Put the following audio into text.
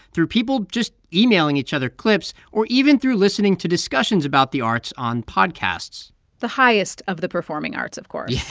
through people just emailing each other clips or even through listening to discussions about the arts on podcasts the highest of the performing arts, of course yeah,